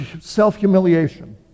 self-humiliation